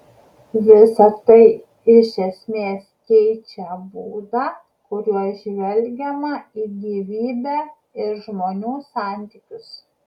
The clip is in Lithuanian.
visa tai iš esmės keičia būdą kuriuo žvelgiama į gyvybę ir žmonių santykius